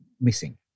missing